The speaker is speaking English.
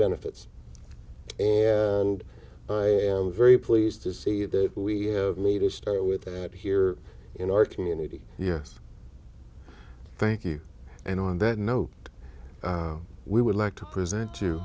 benefits and i am very pleased to say that we have made a start with that here in our community yes thank you and on that note we would like to present you